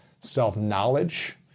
self-knowledge